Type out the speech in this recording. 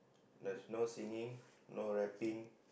there's no singing no rapping